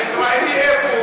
"הישראלי" איפה הוא?